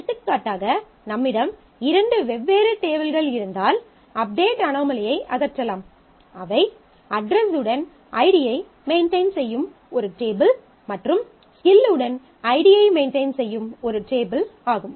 எடுத்துக்காட்டாக நம்மிடம் இரண்டு வெவ்வேறு டேபிள்கள் இருந்தால் அப்டேட் அனாமலியை அகற்றலாம் அவை அட்ரஸ் உடன் ஐடியை மெயின்டெயின் செய்யும் ஒரு டேபிள் மற்றும் ஸ்கில் உடன் ஐடியை மெயின்டெயின் செய்யும் ஒரு டேபிள் ஆகும்